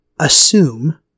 Assume